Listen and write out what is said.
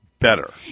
Better